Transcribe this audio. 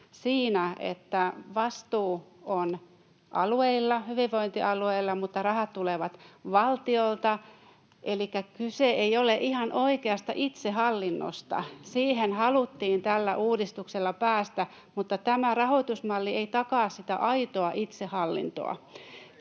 siinä, että vastuu on hyvinvointialueilla mutta rahat tulevat valtiolta. Elikkä kyse ei ole ihan oikeasta itsehallinnosta. Siihen haluttiin tällä uudistuksella päästä, mutta tämä rahoitusmalli ei takaa sitä aitoa itsehallintoa.